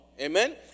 Amen